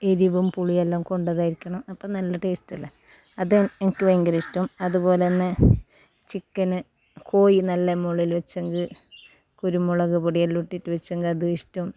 എരിവും പുളിയെല്ലാം കൊണ്ടതായിരിക്കണം അപ്പം നല്ല ടേസ്റ്റല്ലെ അത് എനിക്ക് ഭയങ്കര ഇഷ്ടം അതുപോലെ തന്നെ ചിക്കന് കോഴി നല്ല മൊള്ളൽ വെച്ചങ്ക് കുരുമുളക് പൊടിയെല്ലാം ഇട്ടിട്ട് വെച്ചങ്കി അത് ഇഷ്ട്ടം